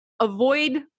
avoid